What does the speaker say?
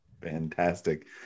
Fantastic